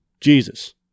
Jesus